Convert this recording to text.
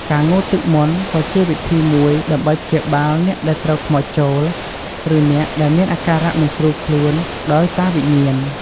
ការងូតទឹកមន្តក៏ជាវិធីមួយដើម្បីព្យាបាលអ្នកដែលត្រូវខ្មោចចូល ឬអ្នកដែលមានអាការៈមិនស្រួលខ្លួនដោយសារវិញ្ញាណ។